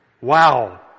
Wow